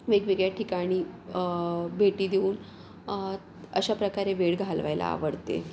वेगवेगळ्या ठिकाणी भेटी देऊन अशाप्रकारे वेळ घालवायला आवडते